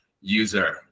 user